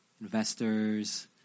investors